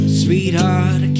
sweetheart